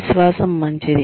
విశ్వాసం మంచిది